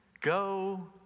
go